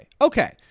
Okay